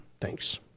Thanks